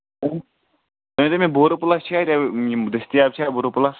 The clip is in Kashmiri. تُہۍ ؤنِو مےٚ بوروپٕلَس چھِ اَتہِ یِم دٔستِیاب چھا بوروپٕلَس